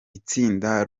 itsinda